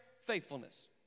faithfulness